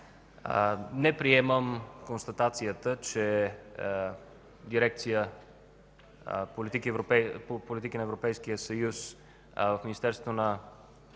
Не приемам констатацията, че дирекция „Политики на Европейския съюз” в Министерството на